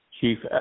Chief